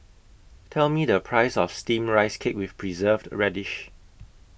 Tell Me The Price of Steamed Rice Cake with Preserved Radish